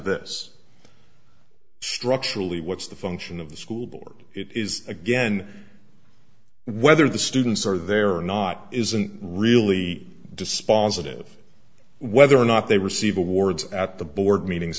this structurally what's the function of the school board it is again whether the students are there or not isn't really dispositive whether or not they receive awards at the board meetings